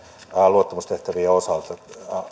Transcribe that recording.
luottamustehtävien osalta